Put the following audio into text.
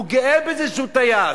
הוא גאה בזה שהוא טייס,